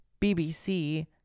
BBC